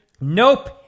Nope